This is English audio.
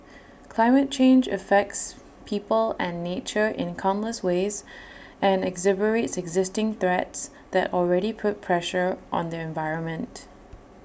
climate change affects people and nature in countless ways and exacerbates existing threats that already put pressure on the environment